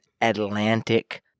Atlantic